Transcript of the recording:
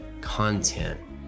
content